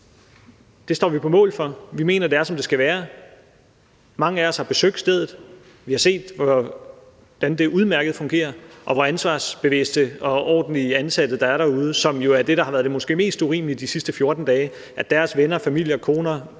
her står vi på mål for; vi mener, det er, som det skal være. Mange af os har besøgt stedet, og vi har set, hvordan det udmærket fungerer, og hvor ansvarsbevidste og ordentlige ansatte der er derude, hvilket jo er det, der har været det måske mest urimelige de sidste 14 dage, altså at deres venner og familie – koner,